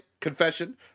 confession